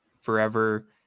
forever